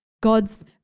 God's